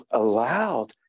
allowed